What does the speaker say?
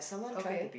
okay